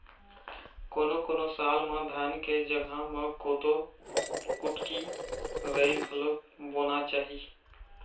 कोनों कोनों साल म धान के जघा म कोदो, कुटकी, राई घलोक बोना चाही